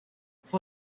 for